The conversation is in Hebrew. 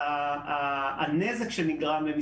נכון.